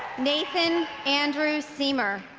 nathan andrew siemer